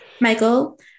michael